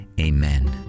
amen